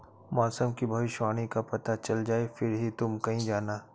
मौसम की भविष्यवाणी का पता चल जाए फिर ही तुम कहीं जाना